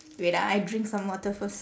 wait ah I drink some water first